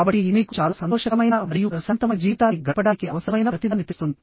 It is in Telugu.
కాబట్టి ఇది మీకు చాలా సంతోషకరమైన మరియు ప్రశాంతమైన జీవితాన్ని గడపడానికి అవసరమైన ప్రతిదాన్ని తెస్తుంది